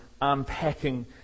unpacking